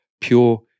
pure